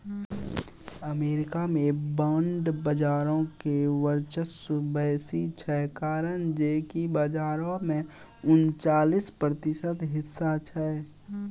America मे bond बजारो के वर्चस्व बेसी छै, कारण जे कि बजारो मे उनचालिस प्रतिशत हिस्सा छै